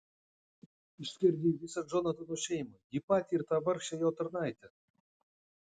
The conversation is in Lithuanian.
išskerdei visą džonatano šeimą jį patį ir tą vargšę jo tarnaitę